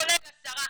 כולל השרה,